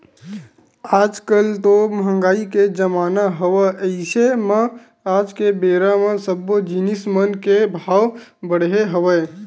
आज कल तो मंहगाई के जमाना हवय अइसे म आज के बेरा म सब्बो जिनिस मन के भाव बड़हे हवय